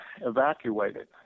evacuated